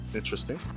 interesting